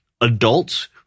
adults